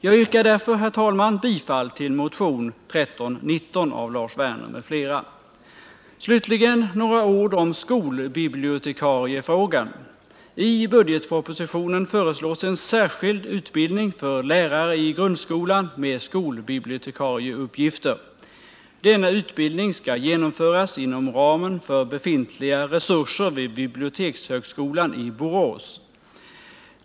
Jag yrkar därför, herr talman, bifall till motion 1319 av Lars Werner m.fl. Slutligen några ord om skolbibliotekariefrågan. I budgetpropositionen föreslås en särskild utbildning för lärare i grundskolan med skolbibliotekarieuppgifter. Denna utbildning skall genomföras inom ramen för befintliga resurser vid bibliotekshögskolan i Borås.